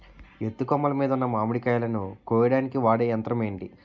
ఎత్తు కొమ్మలు మీద ఉన్న మామిడికాయలును కోయడానికి వాడే యంత్రం ఎంటి?